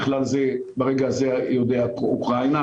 ברגע הזה יהודי אוקראינה.